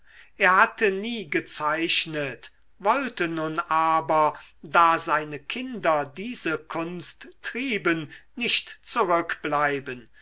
er hatte nie gezeichnet wollte nun aber da seine kinder diese kunst trieben nicht zurückbleiben